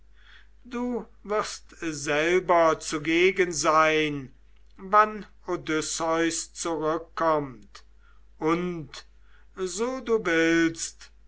du wirst selber zugegen sein wann odysseus zurückkommt und so du willst